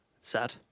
sad